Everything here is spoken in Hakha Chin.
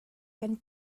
kan